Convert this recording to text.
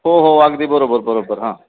हो हो अगदी बरोबर बरोबर हां